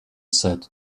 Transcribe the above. said